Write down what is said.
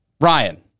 Ryan